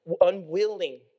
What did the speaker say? unwilling